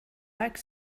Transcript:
like